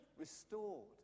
restored